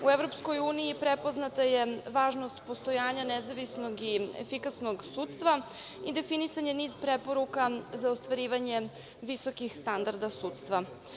U EU prepoznata je važnost postojanja nezavisnost i efikasnog sudstva i definisan je niz preporuka za ostvarivanje visokih standarda sudstva.